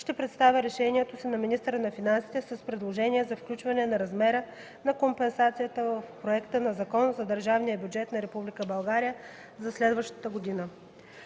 ще представя решението си на министъра на финансите с предложение за включване на размера на компенсацията в проекта на Закон за държавния бюджет на Република България за следващата година.